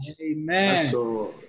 Amen